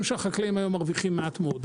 שהחקלאים מרוויחים היום מעט מאוד,